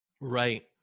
Right